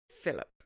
Philip